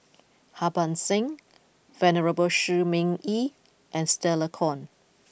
Harbans Singh Venerable Shi Ming Yi and Stella Kon